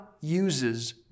uses